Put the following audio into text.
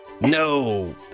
No